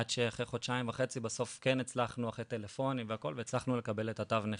עד שאחרי חודשיים וחצי אחרי טלפונים והכל בסוף הצלחנו לקבל את התו נכה.